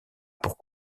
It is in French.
pour